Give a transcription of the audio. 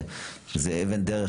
זה אבן דרך,